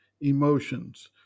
emotions